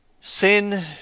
Sin